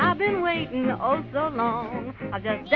ah been waiting oh so long, i'll just yeah